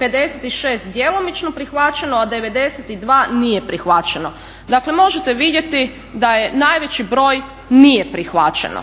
56 djelomično prihvaćeno a 92 nije prihvaćeno. Dakle možete vidjeti da je najveći broj nije prihvaćeno.